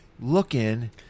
looking